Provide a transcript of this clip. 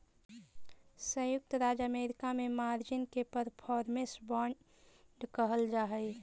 संयुक्त राज्य अमेरिका में मार्जिन के परफॉर्मेंस बांड कहल जा हलई